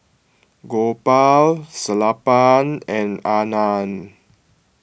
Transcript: Gopal Sellapan and Anand